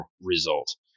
result